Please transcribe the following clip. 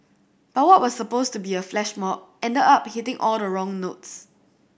but what was supposed to be a flash mob ended up hitting all the wrong notes